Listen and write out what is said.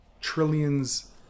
trillions